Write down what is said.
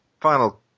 final